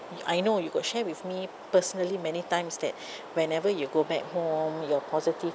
I know you got share with me personally many times that whenever you go back home you're positive